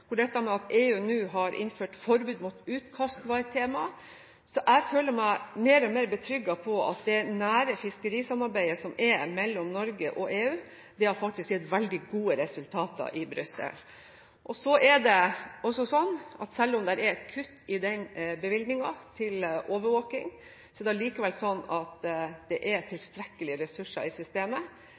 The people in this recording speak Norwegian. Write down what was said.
at EU nå har innført forbud mot utkast var et tema. Jeg føler meg mer og mer trygg på at det nære fiskerisamarbeidet mellom Norge og EU faktisk har gitt veldig gode resultater i Brussel. Selv om det er kuttet i bevilgningen til overvåking, er det likevel sånn at det er tilstrekkelige ressurser i systemet